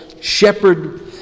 shepherd